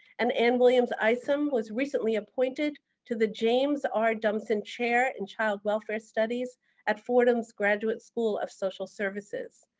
and anne williams isom was recently appointed to the james r. dumpson chair in child welfare studies at fordham's graduate school of social services.